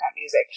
music